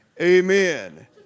Amen